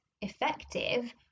effective